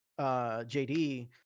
JD